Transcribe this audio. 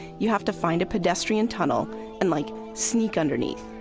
you have to find a pedestrian tunnel and like, sneak underneath.